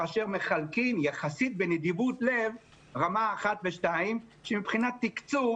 כאשר מחלקים יחסית בנדיבות לב רמה אחת ושתיים שמבחינת תקצוב